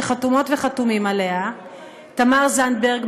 שחתומות וחתומים עליה תמר זנדברג,